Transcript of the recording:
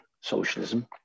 socialism